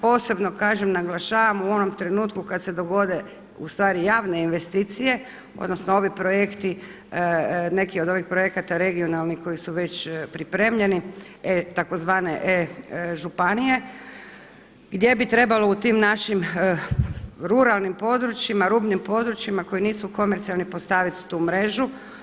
Posebno kažem, naglašavam u onom trenutku kada se dogode ustvari javne investicije, odnosno ovi projekti, neki od ovih projekata regionalnih koji su već pripremljeni, tzv. E-županije gdje bi trebalo u tim našim ruralnim područjima, rubnim područjima koji nisu komercijalni postaviti tu mrežu.